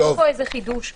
אין פה חידוש גדול.